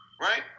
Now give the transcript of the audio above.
right